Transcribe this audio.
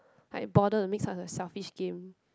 like bother to make such a selfish game